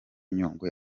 nyungwe